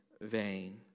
vain